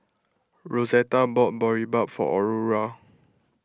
Rosetta bought Boribap for Aurore